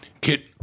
Kit